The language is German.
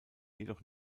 jedoch